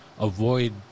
avoid